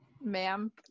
Ma'am